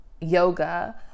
yoga